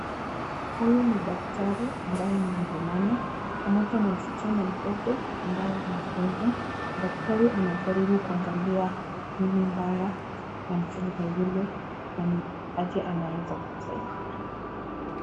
Huyu ni daktari ambaye ni mvulana, pamoja na msichana mdogo ambaye ni mgonjwa. Daktari anajaribu kuangalia nini mbaya na mgonjwa yule na ni aje anaweza kumsaidia.